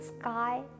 sky